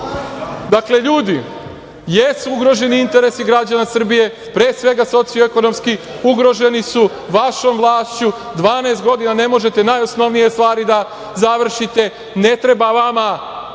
zarade. Dakle, ljudi, jesu ugroženi interesi građana Srbije, pre svega socio-ekonomski. Ugroženi su vašom vlašću. Dvanaest godina ne možete najosnovnije stvari da završite. Ne treba vama,